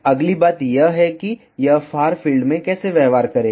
अगली बात यह है कि यह फार फील्ड में कैसे व्यवहार करेगा